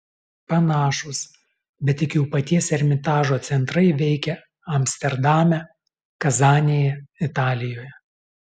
panašūs bet tik jau paties ermitažo centrai veikia amsterdame kazanėje italijoje